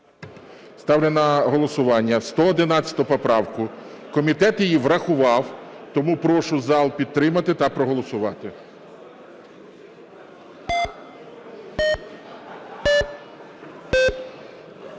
Ставлю на голосування 313 поправку. Комітет її врахував. Тому прошу зал підтримати та проголосувати.